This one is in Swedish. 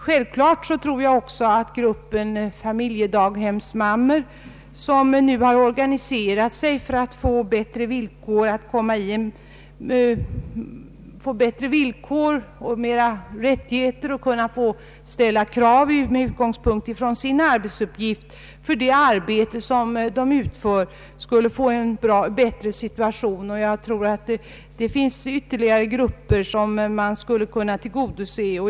Självfallet skulle också gruppen familjedaghemsmammor, som nu har organiserat sig för att kunna få bättre villkor och större rättigheter samt möjligheter att ställa krav utifrån sin arbetsuppgift, få sin situation förbättrad. Det finns också andra grupper för vilka förhållandena skulle kunna göras bättre.